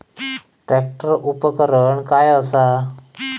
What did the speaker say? Tractor उपकरण काय असा?